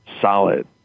Solid